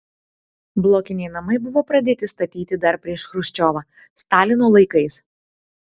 blokiniai namai buvo pradėti statyti dar prieš chruščiovą stalino laikais